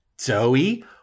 Zoe